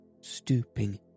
stooping